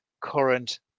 current